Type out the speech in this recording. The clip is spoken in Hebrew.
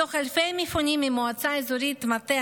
מתוך אלפי המפונים ממועצה אזורית מטה